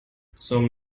zum